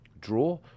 Draw